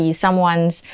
someone's